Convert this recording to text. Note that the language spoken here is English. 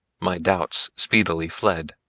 my doubts speedily fled.